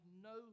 no